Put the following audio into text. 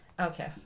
Okay